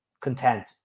content